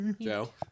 Joe